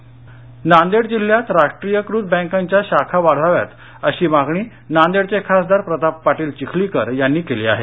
चिखलीकर नांदेड जिल्ह्यात राष्ट्रीयीकृत बँकांच्या शाखा वाढवाव्यात अशी मागणी नांदेडचे खासदार प्रताप पाटील चिखलीकर यांनी केली आहे